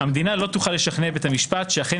המדינה לא תוכל לשכנע את בית המשפט שאכן